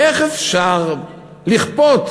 איך אפשר לכפות